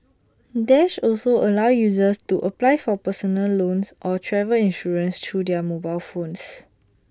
dash also allows users to apply for personal loans or travel insurance through their mobile phones